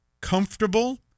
comfortable